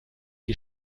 die